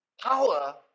power